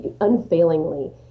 unfailingly